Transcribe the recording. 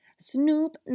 Snoop